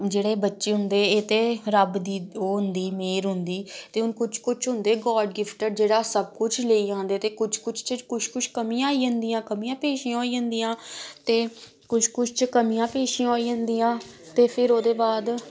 जेह्ड़े बच्चे होंदे एह् ते रब्ब दी ओह् होंदी मेह्र होंदी ते हून कुछ कुछ होंदे गॉड गिफ्टड जेह्ड़ा सब कुछ लेई आंदे ते कुछ च कुछ कुछ कमियां आई जंदियां कमियां पेशियां होई जंदियां ते कुछ कुछ च कमियां पेशियां होई जंदियां ते फिर ओह्दे बाद